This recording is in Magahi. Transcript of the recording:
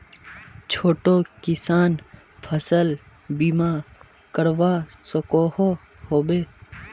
छोटो किसान फसल बीमा करवा सकोहो होबे?